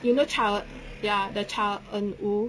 you know child ya the child en wu